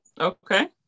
Okay